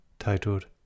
titled